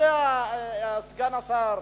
סגן השר